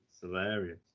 hilarious